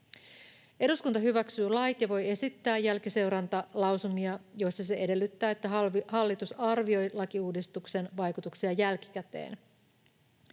Eduskunta hyväksyy lait ja voi esittää jälkiseurantalausumia, joissa se edellyttää, että hallitus arvioi lakiuudistuksen vaikutuksia jälkikäteen.